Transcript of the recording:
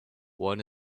one